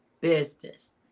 business